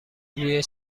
بوی